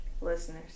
listeners